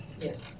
Yes